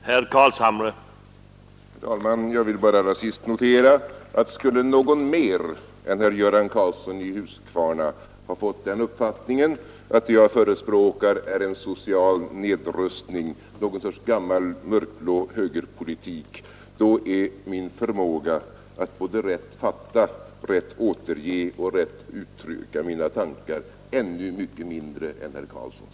Herr talman! Jag vill bara allra sist notera att om någon mer än herr Göran Karlsson i Huskvarna skulle ha fått den uppfattningen att det jag förespråkar är en social nedrustning, någon sorts gammal mörkblå högerpolitik, är min förmåga att rätt fatta, att rätt återge och att rätt uttrycka mina tankar ännu mycket mindre än herr Karlssons.